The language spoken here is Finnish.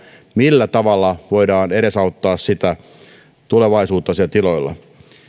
millä tavalla voidaan edesauttaa tulevaisuutta tiloilla